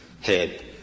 head